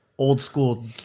old-school